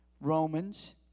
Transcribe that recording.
Romans